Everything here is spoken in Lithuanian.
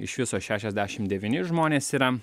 iš viso šešiasdešimt devyni žmonės yra